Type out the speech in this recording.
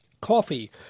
Coffee